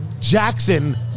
Jackson